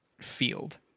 field